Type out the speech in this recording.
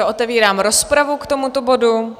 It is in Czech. Otevírám rozpravu k tomuto bodu.